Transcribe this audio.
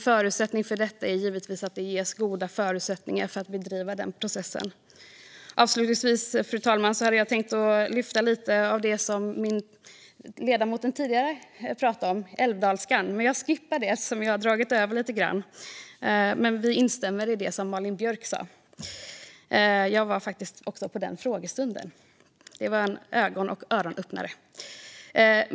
Detta gäller givetvis endast om det ges goda förutsättningar för att bedriva processen. Fru talman! Avslutningsvis hade jag tänkt lyfta fram älvdalskan, som föregående talare tog upp. Men jag skippar det, eftersom jag har dragit över lite grann. Vi instämmer i det som Malin Björk sa. Jag var faktiskt också på den frågestunden. Det var en ögon och öronöppnare.